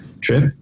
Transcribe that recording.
trip